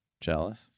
Jealous